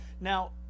Now